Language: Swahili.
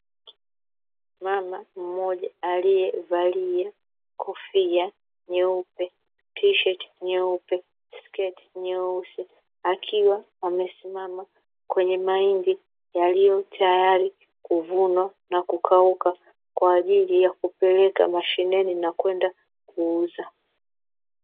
Mama mmoja aliyevalia kofia nyeupe, fulana nyeupe, na sketi nyeusi; akiwa amesimama kwenye mahindi yaliyo tayari kuvunwa na kukauka kwaajili ya kupeleka mashineni na kwenda kuuza.